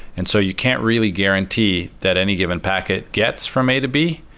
and so you can't really guarantee that any given packet gets from a to b,